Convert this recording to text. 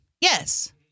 Yes